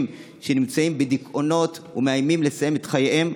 שנמצאים בדיכאונות ומאיימים לסיים את חייהם,